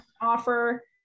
offer